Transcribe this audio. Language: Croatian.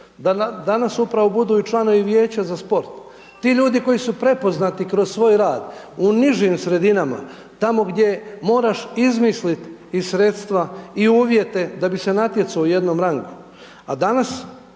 da danas upravo budu i članovi vijeća za sport. Ti ljudi koji su prepoznati kroz svoj rad u nižim sredinama, tamo gdje moraš izmislit i sredstva i uvjete da bi se natjecao u jednom rangu,